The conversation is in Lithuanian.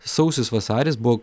sausis vasaris buvo